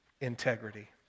integrity